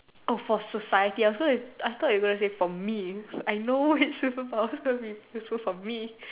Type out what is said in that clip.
oh for society uh so if I thought you gonna say for me I know it's superpowers to be suppose for me